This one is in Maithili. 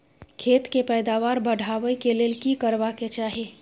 खेत के पैदावार बढाबै के लेल की करबा के चाही?